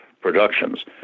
productions